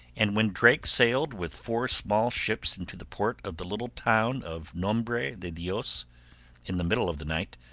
and when drake sailed with four small ships into the port of the little town of nombre de dios in the middle of the night,